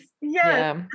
yes